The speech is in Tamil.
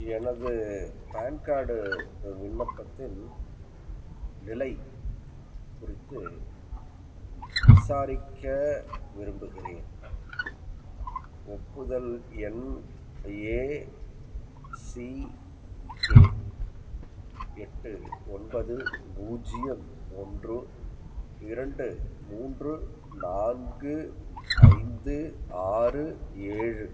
எனது பான் கார்டு விண்ணப்பத்தின் நிலைக் குறித்து விசாரிக்க விரும்புகிறேன் ஒப்புதல் எண் ஏசிகே எட்டு ஒன்பது பூஜ்ஜியம் ஒன்று இரண்டு மூன்று நான்கு ஐந்து ஆறு ஏழு